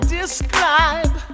describe